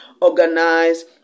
organize